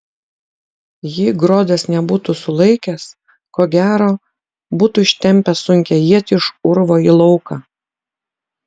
jei grodas nebūtų sulaikęs ko gero būtų ištempęs sunkią ietį iš urvo į lauką